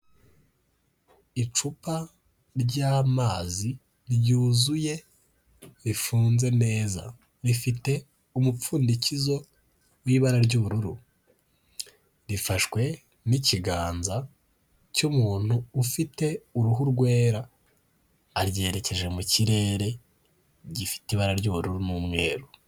Icupa ry'amazi ryuzuye rifunze neza, rifite umupfundikizo w'ibara ry'ubururu, rifashwe n'ikiganza cy'umuntu ufite uruhu rwera, aryerekeje mu kirere, gifite ibara ry'ubururu n'umweru.